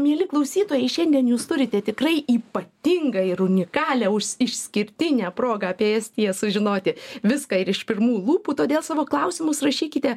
mieli klausytojai šiandien jūs turite tikrai ypatingą ir unikalią išskirtinę progą apie estiją sužinoti viską ir iš pirmų lūpų todėl savo klausimus rašykite